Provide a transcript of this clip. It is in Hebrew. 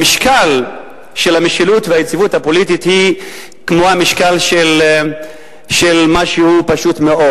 המשקל של המשילות והיציבות הפוליטית הוא כמו המשקל של משהו פשוט מאוד,